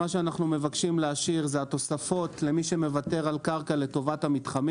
מה שאנחנו מבקשים להשאיר זה התוספות למי שמוותר על קרקע לטובת המתחמים.